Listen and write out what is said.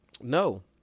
No